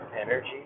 energy